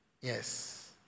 Yes